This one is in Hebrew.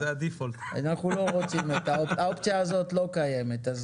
אנחנו לא רוצים אותה, האופציה הזאת לא קיימת.